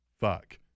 fuck